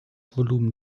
volumen